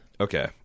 Okay